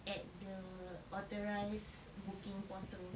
at the authorize booking portals